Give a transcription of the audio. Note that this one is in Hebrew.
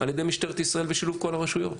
על ידי משטרת ישראל בשילוב כל הרשויות,